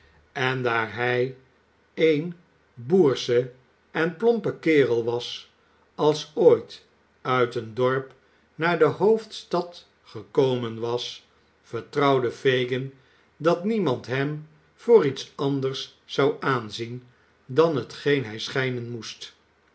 en daar hij een boersche en plompe kerel was als ooit uit een dorp naar de hoofdstad gekomen was vertrouwde fagin dat niemand hem voor iets anders zou aanzien dan hetgeen hij schijnen moest